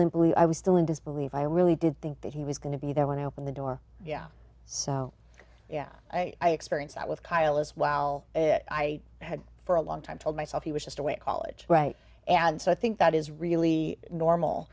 didn't believe i was still in disbelief i really did think that he was going to be there when i open the door yeah so yeah i experienced that with kyle as well i had for a long time told myself he was just a way to call it right and so i think that is really normal